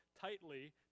tightly